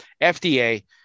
FDA